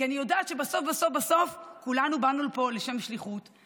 כי אני יודעת שבסוף בסוף כולנו באנו לפה לשם שליחות,